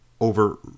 over